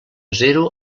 zero